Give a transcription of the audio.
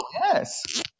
Yes